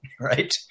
right